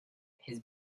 his